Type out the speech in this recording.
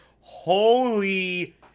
Holy